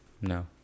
No